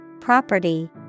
property